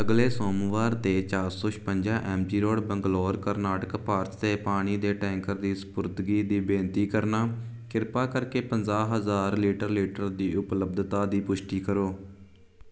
ਅਗਲੇ ਸੋਮਵਾਰ 'ਤੇ ਚਾਰ ਸੌ ਛਪੰਜਾ M G road Bangalore Karnataka Bharat 'ਤੇ ਪਾਣੀ ਦੇ ਟੈਂਕਰ ਦੀ ਸਪੁਰਦਗੀ ਦੀ ਬੇਨਤੀ ਕਰਨਾ ਕਿਰਪਾ ਕਰਕੇ ਪੰਜਾਹ ਹਜ਼ਾਰ ਲੀਟਰ ਲੀਟਰ ਦੀ ਉਪਲੱਬਧਤਾ ਦੀ ਪੁਸ਼ਟੀ ਕਰੋ